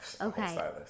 okay